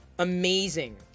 Amazing